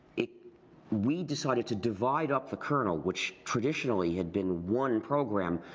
we decided to divide up the kernel which traditionally had been one program,